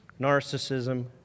narcissism